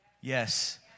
Yes